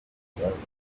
kinyamwuga